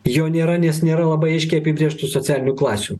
jo nėra nes nėra labai aiškiai apibrėžtų socialinių klasių